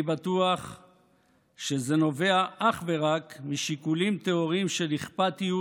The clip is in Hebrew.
אני בטוח שזה נובע אך ורק משיקולים טהורים של אכפתיות